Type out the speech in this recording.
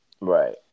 right